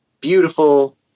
beautiful